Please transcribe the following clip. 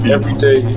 Everyday